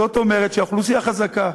זאת אומרת שאוכלוסייה חזקה,